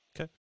Okay